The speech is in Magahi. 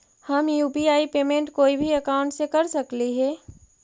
हम यु.पी.आई पेमेंट कोई भी अकाउंट से कर सकली हे?